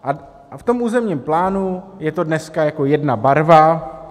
A v tom územním plánu je to dneska jako jedna barva.